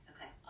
Okay